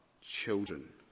children